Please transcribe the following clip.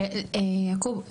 יעקב,